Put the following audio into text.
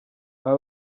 aba